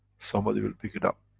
somebody will pick it up,